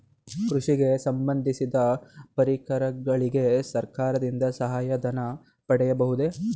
ಕೃಷಿಗೆ ಸಂಬಂದಿಸಿದ ಪರಿಕರಗಳಿಗೆ ಸರ್ಕಾರದಿಂದ ಸಹಾಯ ಧನ ಪಡೆಯಬಹುದೇ?